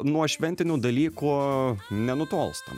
nuo šventinių dalykų nenutolstam